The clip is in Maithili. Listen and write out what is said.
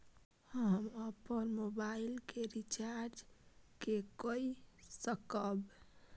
हम अपन मोबाइल के रिचार्ज के कई सकाब?